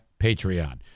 Patreon